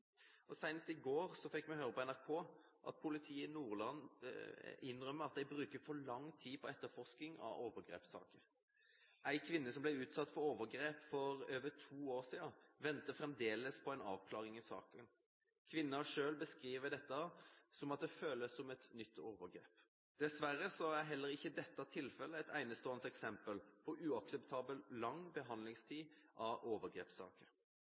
i går fikk vi høre på NRK at politiet i Nordland innrømmer at de bruker for lang tid på etterforskning av overgrepssaker. En kvinne som ble utsatt for overgrep for over to år siden, venter fremdeles på en avklaring i saken. Kvinnen selv beskriver dette som at det føles som et nytt overgrep. Dessverre er heller ikke dette tilfellet et enestående eksempel på uakseptabel lang behandlingstid i overgrepssaker.